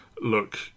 look